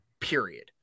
Period